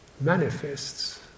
manifests